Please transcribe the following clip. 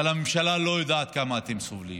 אבל הממשלה לא יודעת כמה אתם סובלים.